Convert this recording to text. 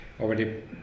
already